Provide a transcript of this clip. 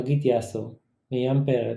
חגית יאסו, מרים פרץ,